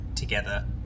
together